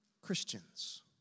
Christians